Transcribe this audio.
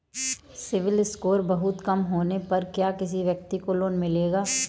CIBIL score बहुत कम होने पर क्या किसी व्यक्ति को लोंन मिलेगा?